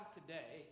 today